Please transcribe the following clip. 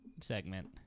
segment